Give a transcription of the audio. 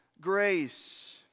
grace